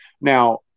now